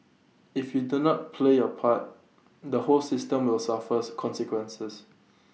if you do not play your part the whole system will suffers consequences